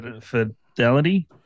fidelity